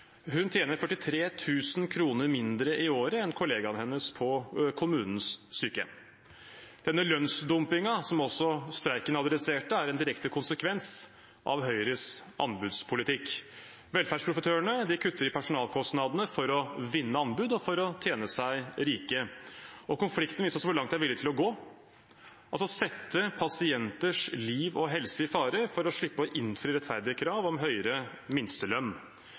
Hun tjener 43 000 kr mindre i året enn kollegaen hennes på kommunens sykehjem. Denne lønnsdumpingen som også streiken adresserte, er en direkte konsekvens av Høyres anbudspolitikk. Velferdsprofitørene kutter i personalkostnadene for å vinne anbud og for å tjene seg rike. Konflikten viser oss hvor langt de er villige til å gå – altså sette pasienters liv og helse i fare for å slippe å innfri rettferdige krav om høyere minstelønn.